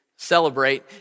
celebrate